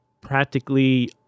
practically